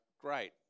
Great